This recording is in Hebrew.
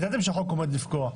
הרי ידעתם שהחוק עומד לפקוע.